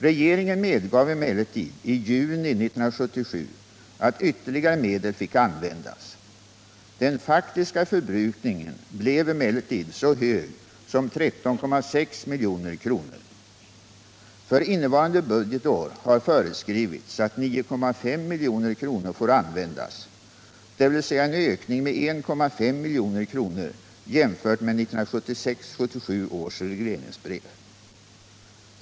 Regeringen medgav emellertid i juni 1977 att ytterligare medel fick användas. Den faktiska förbrukningen blev emellertid så hög som 13,6 milj.kr. För innevarande budgetår har föreskrivits att 9,5 milj.kr. får användas, dvs. en ökning med 1,5 milj.kr. jämfört med 1976/77 års regleringsbrev.